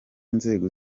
nzego